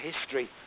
history